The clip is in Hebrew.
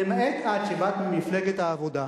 למעט את, שבאת ממפלגת העבודה,